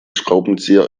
schraubenzieher